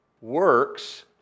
works